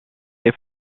est